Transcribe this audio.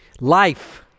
Life